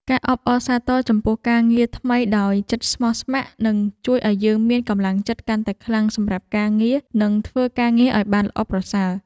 ការអបអរសាទរចំពោះការងារថ្មីដោយចិត្តស្មោះស្ម័គ្រនឹងជួយឱ្យយើងមានកម្លាំងចិត្តកាន់តែខ្លាំងសម្រាប់ការងារនិងធ្វើការងារឱ្យបានល្អប្រសើរ។